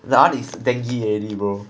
dengue already bro